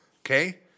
Okay